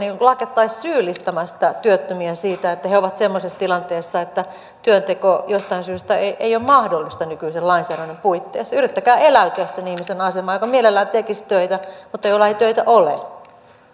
lakattaisiin syyllistämästä työttömiä siitä että he ovat semmoisessa tilanteessa että työnteko jostain syystä ei ei ole mahdollista nykyisen lainsäädännön puitteissa yrittäkää eläytyä sen ihmisen asemaan joka mielellään tekisi töitä mutta jolla ei töitä ole